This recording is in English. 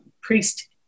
priest